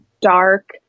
dark